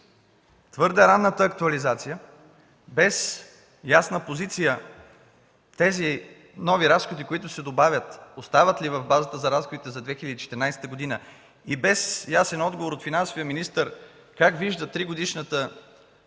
твърде ранната актуализация, без ясна позиция, тези нови разходи, които се добавят, остават ли в базата за разходите за 2014 г. и без ясен отговор от финансовия министър как вижда 3-годишната